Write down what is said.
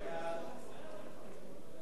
פיצול סמכויות),